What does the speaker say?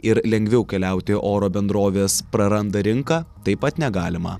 ir lengviau keliauti oro bendrovės praranda rinką taip pat negalima